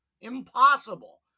Impossible